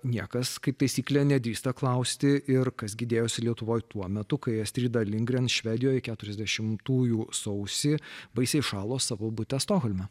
niekas kaip taisykle nedrįsta klausti ir kas gi dėjosi lietuvoje tuo metu kai astrida lindgren švedijoj keturiasdešimtųjų sausį baisiai šalo savo bute stokholme